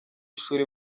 ishuri